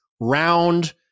round